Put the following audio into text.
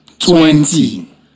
Twenty